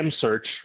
search